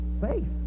Faith